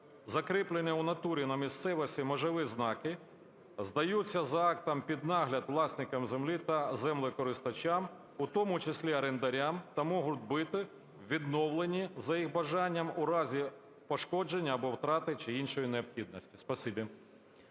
Закріплені у натурі (на місцевості) межові знаки здаються за актом під нагляд власникам землі та землекористувачам, в тому числі орендарям, та можуть бути відновлені за їх бажанням у разі пошкодження або втрати чи іншої необхідності".